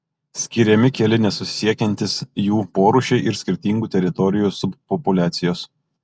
skiriami keli nesusisiekiantys jų porūšiai ir skirtingų teritorijų subpopuliacijos